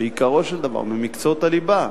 בעיקרו של דבר במקצועות הליבה.